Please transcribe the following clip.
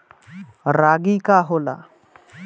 रागी का होला?